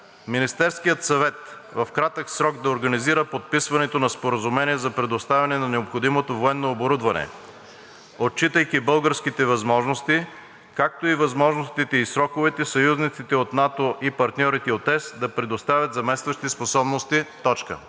отчитайки българските възможности, както и възможностите и сроковете съюзниците от НАТО и партньорите от ЕС да предоставят заместващи способности.“ Благодаря Ви. ПРЕДСЕДАТЕЛ РОСЕН ЖЕЛЯЗКОВ: Благодаря, господин Янев. За реплика?